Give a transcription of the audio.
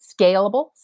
scalable